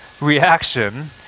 reaction